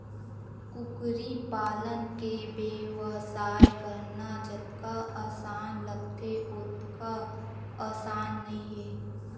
कुकरी पालन के बेवसाय करना जतका असान लागथे ओतका असान नइ हे